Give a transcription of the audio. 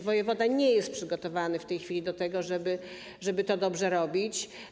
Wojewoda nie jest przygotowany w tej chwili do tego, żeby to dobrze robić.